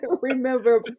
remember